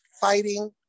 fighting